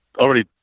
already